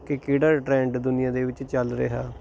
ਕਿ ਕਿਹੜਾ ਟਰੈਂਡ ਦੁਨੀਆਂ ਦੇ ਵਿੱਚ ਚੱਲ ਰਿਹਾ